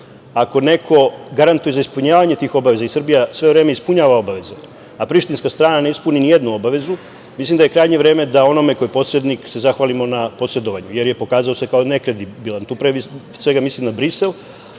ako neko garantuje za ispunjavanje tih obaveza i Srbija sve vreme ispunjava obaveze, a prištinska strana ne ispuni nijednu obavezu, mislim da je krajnje vreme da onome ko je posrednik se zahvalimo na posedovanju, jer se pokazao se kao nekredibilan. Tu, pre svega, mislim na Brisel,